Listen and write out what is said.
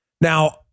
Now